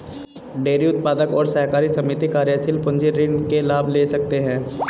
dairy उत्पादक और सहकारी समिति कार्यशील पूंजी ऋण के लाभ ले सकते है